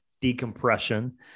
decompression